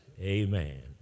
amen